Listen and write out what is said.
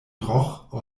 roche